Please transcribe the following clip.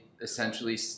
essentially